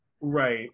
Right